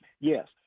yes